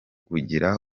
kugira